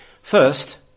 First